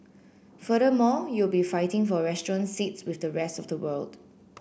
furthermore you will be fighting for restaurant seats with the rest of the world